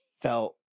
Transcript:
felt